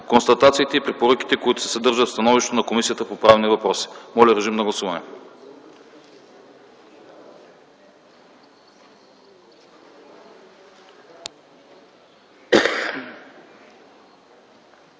констатациите и препоръките, които се съдържат в становището на Комисията по правни въпроси.” Гласували